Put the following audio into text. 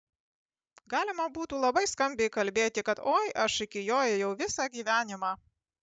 galima būtų labai skambiai kalbėti kad oi aš iki jo ėjau visą gyvenimą